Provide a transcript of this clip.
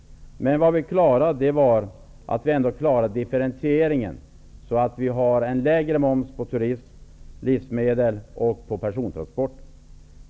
Men vi fick ändå en differentiering så att vi har en lägre moms på turism, livsmedel och persontransporter.